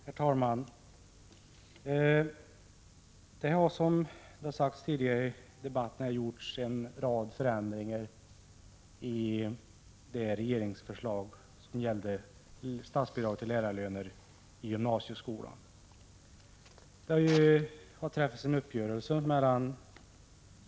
Herr talman! Som det har sagts tidigare i debatten har det gjorts en rad förändringar i det regeringsförslag som gäller statsbidrag till lärarlöner i gymnasieskolan. Socialdemokraterna och vpk har träffat en uppgörelse om detta.